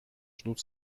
ждут